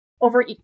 over